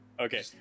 Okay